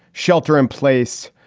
shelter in place,